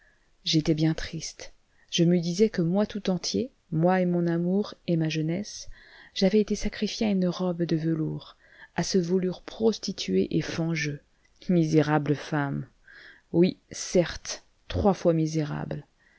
j'étais bien triste je me disais que moi tout entier moi et mon amour et ma jeunesse j'avais été sacrifié à une robe de velours à ce velours prostitué et fangeux misérable femme oui certes trois fois misérable